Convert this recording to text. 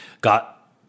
Got